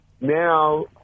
now